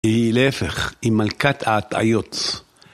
היא להפך, היא מלכת ההטעיות.